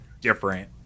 different